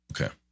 Okay